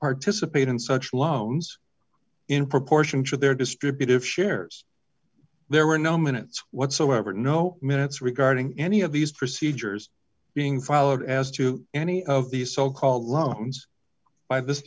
participate in such loans in proportion to their distributive shares there were no minutes whatsoever no minutes regarding any of these procedures being followed as to any of these so called loans by this